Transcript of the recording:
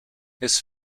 his